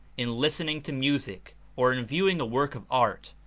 in listening to music or in viewing a work of art,